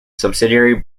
subsidiary